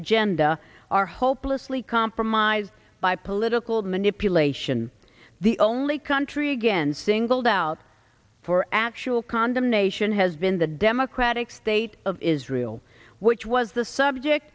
agenda are hopelessly compromised by political manipulation the only country again singled out for actual condemnation has been the democratic state of israel which was the subject